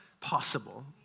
possible